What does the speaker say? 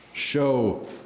Show